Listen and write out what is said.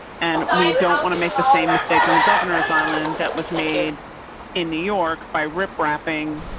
and we don't want to make the same mistake on governor's island that was made in new york by rip wrapping.